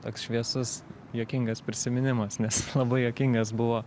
toks šviesus juokingas prisiminimas nes labai juokingas buvo